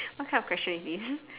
what kind of question is this